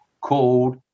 called